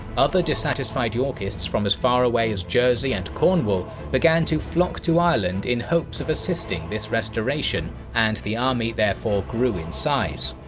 other dissatisfied yorkists from as far away as jersey and cornwall began to flock to ireland in hopes of assisting this restoration, and the army therefore grew in size.